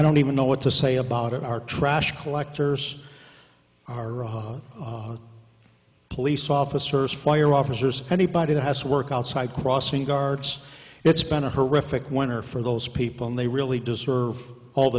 don't even know what to say about it our trash collectors are rather police officers fire officers anybody that has work outside crossing guards it's been a horrific winter for those people and they really deserve all the